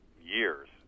years